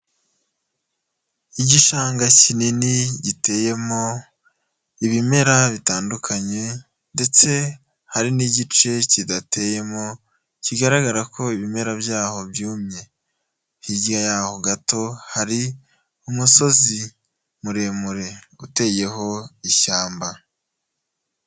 Igishanga kinini giteyemo, ibimera bitandukanye, ndetse hari n'igice kidateyemo, kigaragara ko ibimera byaho byumye. Hirya yaho gato hari, umusozi muremure uteyeho ishyamba.